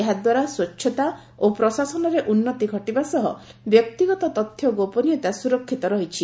ଏହାଦ୍ୱାରା ସ୍ୱଚ୍ଛତା ଓ ପ୍ରଶାସନରେ ଉନ୍ନତି ଘଟିବା ସହ ବ୍ୟକ୍ତିଗତ ତଥ୍ୟ ଗୋପନୀୟତା ସୁରକ୍ଷିତ ରହିଛି